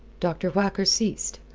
dr. whacker ceased.